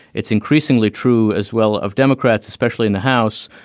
it's increasingly true as well of democrats, especially in the house.